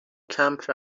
کمپ